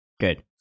Good